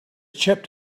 chipped